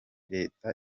leta